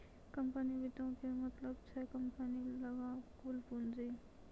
company वित्तो के मतलब छै कम्पनी लगां कुल पूंजी